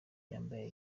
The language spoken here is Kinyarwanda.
yambaye